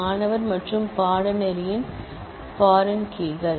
மாணவர் மற்றும் கோர்ஸ்ல் பாரின் கீ கள்